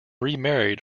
remarried